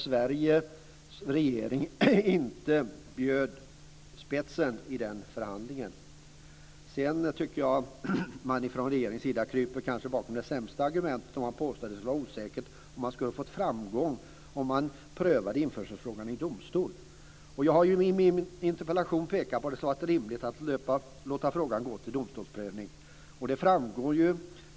Sveriges regering bjöd inte spetsen i den förhandlingen. Sedan tycker jag kanske att regeringen kryper bakom det sämsta argumentet när man påstår att det är osäkert om man skulle ha fått framgång om frågan om införsel hade prövats i domstol. Jag har i min interpellation pekat på att det skulle ha varit rimligt att låta frågan gå till domstolsprövning.